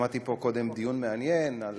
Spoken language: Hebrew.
שמעתי פה קודם דיון מעניין על